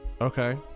Okay